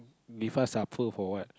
be fast upper for what